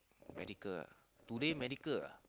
medical ah today medical ah